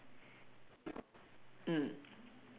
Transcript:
mm